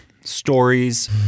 stories